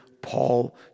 Paul